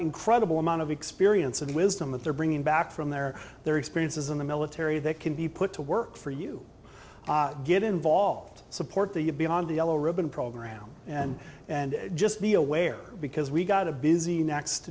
incredible amount of experience and wisdom that they're bringing back from their their experiences in the military that can be put to work for you get involved support the you beyond the yellow ribbon program and and just be aware because we've got a busy next